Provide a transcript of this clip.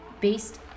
based